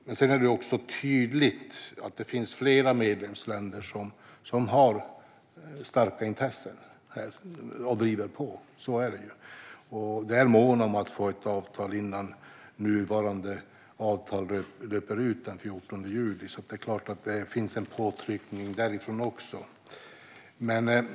Det är också tydligt att det finns flera medlemsländer som har starka intressen i det här och som driver på - så är det. Vi är måna om att få ett avtal innan det nuvarande avtalet löper ut den 14 juli, så det är klart att det finns en påtryckning även därifrån.